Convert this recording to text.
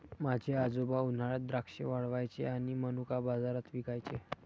माझे आजोबा उन्हात द्राक्षे वाळवायचे आणि मनुका बाजारात विकायचे